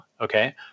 okay